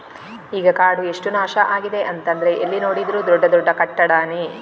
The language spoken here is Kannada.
ಈಗ ಕಾಡು ಎಷ್ಟು ನಾಶ ಆಗಿದೆ ಅಂತಂದ್ರೆ ಎಲ್ಲಿ ನೋಡಿದ್ರೂ ದೊಡ್ಡ ದೊಡ್ಡ ಕಟ್ಟಡಾನೇ